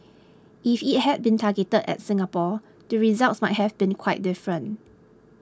if it had been targeted at Singapore the results might have been quite different